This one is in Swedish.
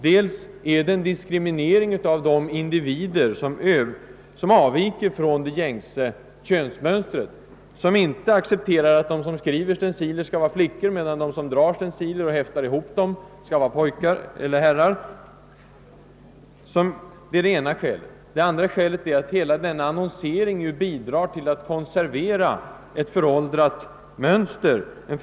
Det är en diskriminering av de individer som vill avvika från det gängse könsmönstret för yrkesval, personer som t.ex. inte accepterar att det alltid är en kvinna som skall skriva stenciler, medan det däremot skall vara en man som drar ut. dem och häftar ihop papperen. ; 2. Hela denna annonsering bidrar till att konservera ett föråldrat mönster och en.